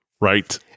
right